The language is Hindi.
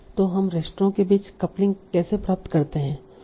तो हम रेस्तरां के बीच कपलिंग कैसे प्राप्त करते हैं